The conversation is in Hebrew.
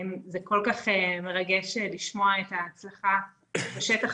וזה כל כך מרגש לשמוע את ההצלחה בשטח